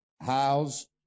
house